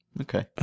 Okay